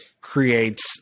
creates